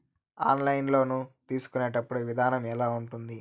online loan తీసుకునేటప్పుడు విధానం ఎలా ఉంటుంది